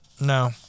No